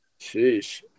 Sheesh